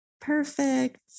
Perfect